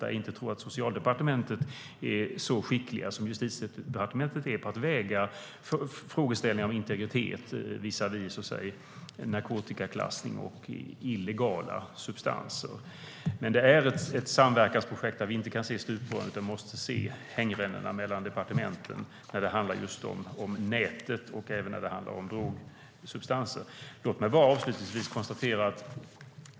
Jag tror inte att Socialdepartementet är så skickligt som Justitiedepartementet på att väga frågeställningar om integritet visavi narkotikaklassning och illegala substanser. Men det är ett samverkansprojekt som vi inte kan se slutet på. Vi måste se hängrännorna mellan departementen när det handlar om nätet och drogsubstanser.